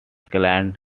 clients